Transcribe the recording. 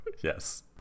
yes